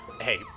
Hey